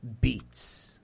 beats